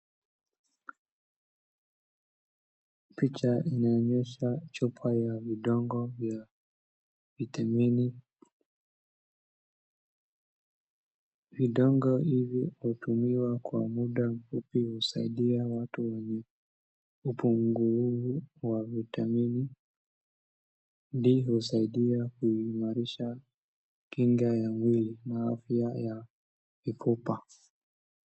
Picha inaonyesha chupa ya vidonge vya vitamini. Vidonge hivi hutumiwa kwa muda mfupi husaidia watu wenye upungufu wa vitamini ndivyo husaidia kuimarisha kinga ya mwili na afya ya mifupa.